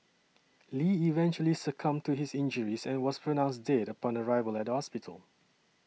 Lee eventually succumbed to his injuries and was pronounced dead upon arrival at the hospital